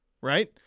Right